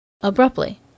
Abruptly